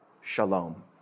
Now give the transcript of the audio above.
shalom